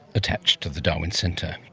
attached to the darwin centre.